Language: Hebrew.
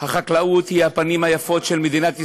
החקלאות היא הפנים היפות של מדינת ישראל.